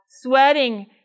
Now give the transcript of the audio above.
Sweating